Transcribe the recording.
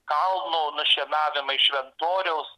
kalno nušienavimai šventoriaus